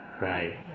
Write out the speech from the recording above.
Right